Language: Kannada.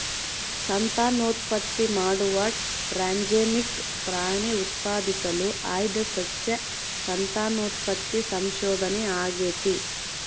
ಸಂತಾನೋತ್ಪತ್ತಿ ಮಾಡುವ ಟ್ರಾನ್ಸ್ಜೆನಿಕ್ ಪ್ರಾಣಿ ಉತ್ಪಾದಿಸಲು ಆಯ್ದ ಸಸ್ಯ ಸಂತಾನೋತ್ಪತ್ತಿ ಸಂಶೋಧನೆ ಆಗೇತಿ